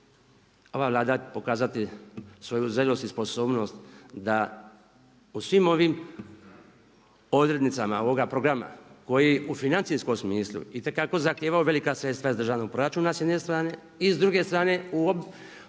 ova Vlada pokazati svoju zrelost i sposobnost da u svim ovim odrednicama ovog programa koji u financijskom smislu itekako zahtijevaju velika sredstva iz državnog proračuna s jedne strane i s druge strane u obvezi